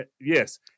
Yes